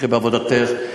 תמשיכי בעבודתך.